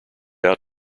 out